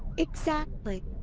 exactly!